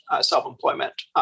self-employment